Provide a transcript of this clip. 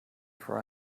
for